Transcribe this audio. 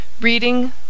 Reading